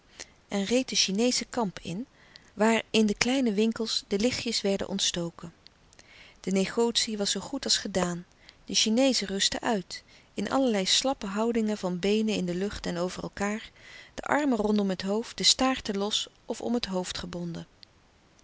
en reed de chineesche kamp in waar in de kleine winkels de lichtjes werden ontstoken de negotie was louis couperus de stille kracht zoo goed als gedaan de chineezen rustten uit in allerlei slappe houdingen van beenen in de lucht en over elkaâr de armen rondom het hoofd de staarten los of om het hoofd gebon den